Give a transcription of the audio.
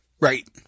Right